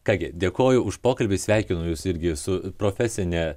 ką gi dėkoju už pokalbį sveikinu jus irgi su profesine